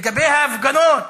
לגבי ההפגנות